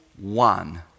one